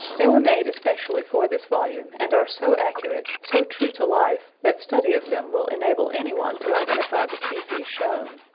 they were made especially for this volume and are so accurate, so true to life, that study of them will enable any one to identify the species shown.